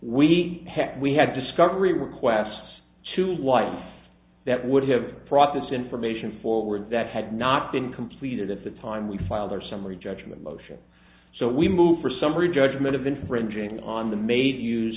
had we had discovery requests to life that would have brought this information forward that had not been completed at the time we filed our summary judgment motion so we moved for summary judgment of infringing on the made use